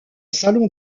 salon